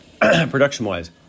Production-wise